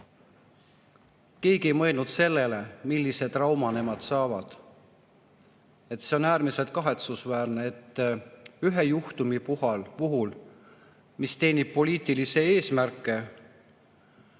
Keegi ei mõelnud sellele, millise trauma nemad saavad. See on äärmiselt kahetsusväärne, et ühe juhtumi puhul, mis teenib poliitilisi eesmärke,